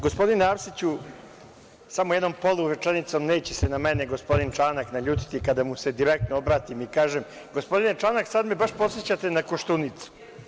Gospodine Arsiću, samo jednom polurečenicom, neće se na mene gospodin Čanak naljutiti kada mu se direktno obratim i kažem – gospodine Čanak, sada me baš podsećate na Koštunicu.